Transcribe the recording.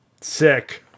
Sick